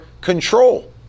control